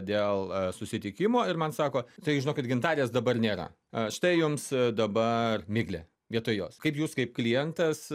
dėl susitikimo ir man sako tai žinokit gintarės dabar nėra a štai jums dabar miglė vietoj jos kaip jūs kaip klientas